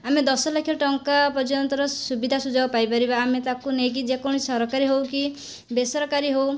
ଆମେ ଦଶ ଲକ୍ଷ ଟଙ୍କା ପର୍ଯ୍ୟନ୍ତର ସୁବିଧା ସୁଯୋଗ ପାଇ ପାରିବା ଆମେ ତାକୁ ନେଇକି ଯେ କୌଣସି ସରକାରୀ ହେଉ କି ବେସରକାରୀ ହେଉ